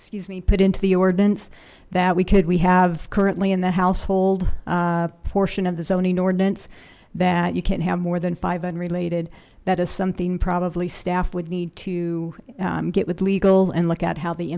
scuse me put into the ordinance that we could we have currently in the household portion of the zoning ordinance that you can't have more than five unrelated that is something probably staff would need to get with legal and look at how the